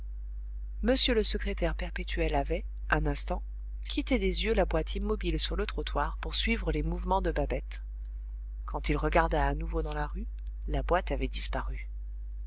m le secrétaire perpétuel avait un instant quitté des yeux la boîte immobile sur le trottoir pour suivre les mouvements de babette quand il regarda à nouveau dans la rue la boîte avait disparu